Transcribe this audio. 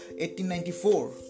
1894